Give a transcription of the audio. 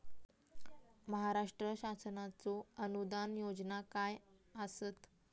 महाराष्ट्र शासनाचो अनुदान योजना काय आसत?